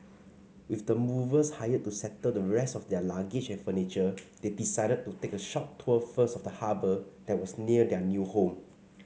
with the movers hired to settle the rest of their luggage and furniture they decided to take a short tour first of the harbour that was near their new home